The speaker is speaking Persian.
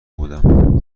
بودم